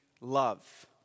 love